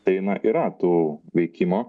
tai na yra tų veikimo